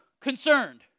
concerned